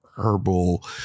Herbal